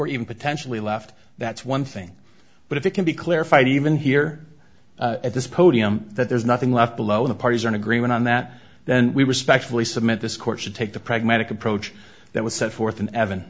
or even potentially left that's one thing but if it can be clarified even here at this podium that there's nothing left below the parties are in agreement on that then we respectfully submit this course to take the pragmatic approach that was set forth and evan